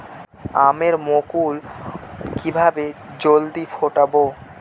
আমের মুকুল কিভাবে জলদি ফুটাব?